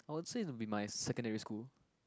I won't say is be my secondary school